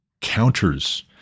counters